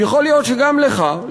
יכול להיות שגם לך,